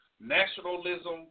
nationalism